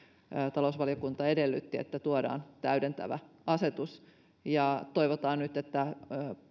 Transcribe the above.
talousvaliokunta edellytti että tuodaan täydentävä asetus toivotaan nyt että